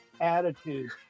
attitude